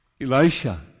Elisha